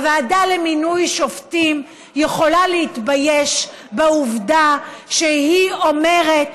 הוועדה למינוי שופטים יכולה להתבייש בעובדה שהיא אומרת,